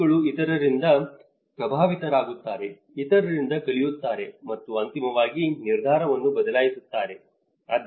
ವ್ಯಕ್ತಿಗಳು ಇತರರಿಂದ ಪ್ರಭಾವಿತರಾಗುತ್ತಾರೆ ಇತರರಿಂದ ಕಲಿಯುತ್ತಾರೆ ಮತ್ತು ಅಂತಿಮವಾಗಿ ನಿರ್ಧಾರವನ್ನು ಬದಲಾಯಿಸುತ್ತಾರೆ